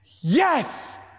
yes